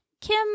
Kim